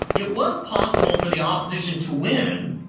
it was possible for the opposition to win.